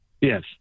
Yes